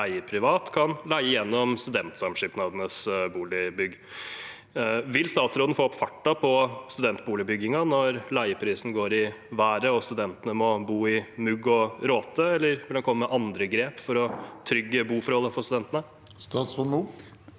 kan leie gjennom studentsamskipnadenes boliger. Vil statsråden få opp farten på studentboligbyggingen når leieprisen går i været og studentene må bo i mugg og råte, eller vil han komme med andre grep for å trygge boforholdene for studentene? Statsråd Ola